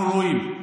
אנחנו רואים.